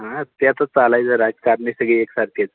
हां ते आता चालायचं राजकारणी सगळी एकसारखेच